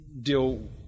deal